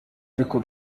ariko